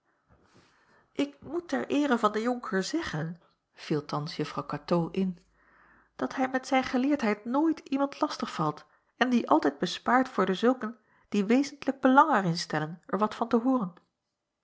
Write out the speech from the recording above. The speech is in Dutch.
ik moet ter eere van den jonker zeggen viel thans juffrouw katoo in dat hij met zijn geleerdheid nooit iemand lastig valt en die altijd bespaart voor dezulken die wezentlijk belang er in stellen er wat van te hooren